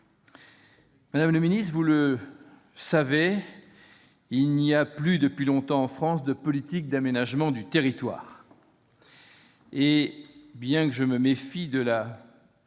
Madame la ministre, vous le savez, il n'y a plus depuis longtemps en France de politique d'aménagement du territoire et, bien que je me méfie de la